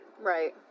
Right